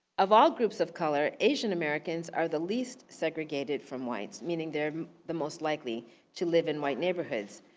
of all groups of color, asian americans are the least segregated from whites, meaning they're the most likely to live in white neighborhoods.